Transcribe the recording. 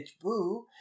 Boo